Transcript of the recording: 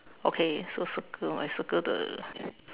okay so circle I circle the